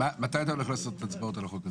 מתי אתה הולך לעשות הצבעות על החוק הזה?